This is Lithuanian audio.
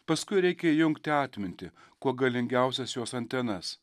paskui reikia įjungti atmintį kuo galingiausias jos antenas